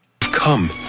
Come